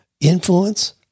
influence